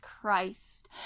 Christ